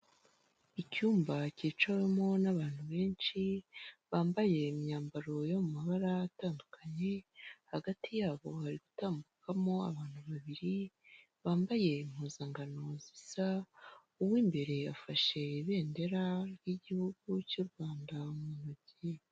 Icyumba cyicawemo n'abantu benshi bambaye imyambaro yo mu mabara atandukanye, hagati yabo hari gutambukamo abantu babiri bambaye impuzangano zisa, uw'imbere afashe ibendera ry'igihugu cy'u Rwanda mu ntoki.